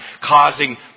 causing